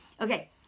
Okay